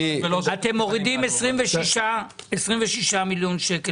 אתם מורידים 26 מיליון שקלים,